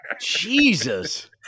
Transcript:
Jesus